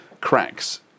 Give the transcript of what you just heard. cracks